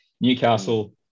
Newcastle